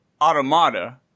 Automata